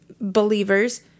believers